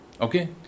okay